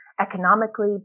economically